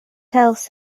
else